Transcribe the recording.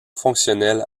fonctionnelle